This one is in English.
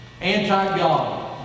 anti-God